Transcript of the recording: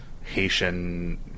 Haitian